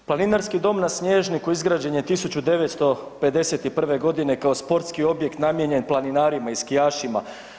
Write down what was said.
Planinarski dom na Snježniku izgrađen je 1951.g. kao sportski objekt namijenjen planinarima i skijašima.